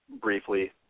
briefly